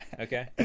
Okay